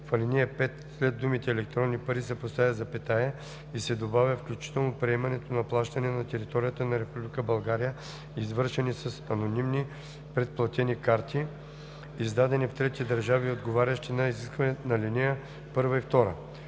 В ал. 5 след думите „електронни пари“ се поставя запетая и се добавя „включително приемането на плащания на територията на Република България, извършвани с анонимни предплатени карти, издадени в трети държави и отговарящи на изискванията на ал. 1 и 2“.“